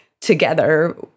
together